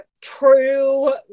true